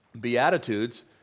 Beatitudes